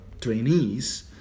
trainees